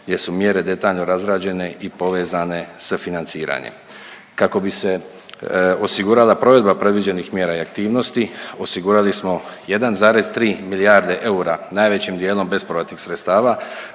gdje su mjere detaljno razrađene i povezane s financiranjem. Kako bi se osigurala provedba predviđenih mjera i aktivnosti osigurali smo 1,3 milijarde eura najvećim dijelom bespovratnih sredstava